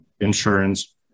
insurance